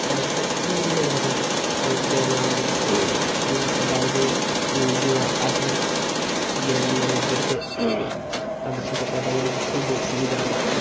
মানুষকে বিভিন্নভাবে আরও গ্রামে আমাদের কোনো একটা বাইরে থেকে ইঞ্জুরি আসলে গ্রামে মানুষদেরকে তাদের সাথে কথা বলি কি সুযোগ সুবিধা